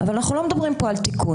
אבל אנחנו לא מדברים פה על תיקון.